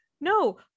no